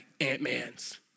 Ant-Man's